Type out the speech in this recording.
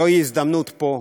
לא תהיה הזדמנות פה,